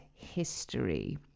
history